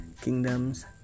kingdoms